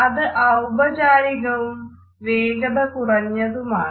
അത് ഔപചാരികവും വേഗത കുറഞ്ഞതുമാണ്